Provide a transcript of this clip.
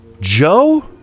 Joe